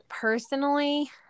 Personally